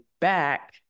back